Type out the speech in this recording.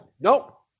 Nope